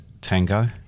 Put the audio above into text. Tango